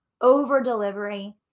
over-delivery